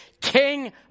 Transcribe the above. King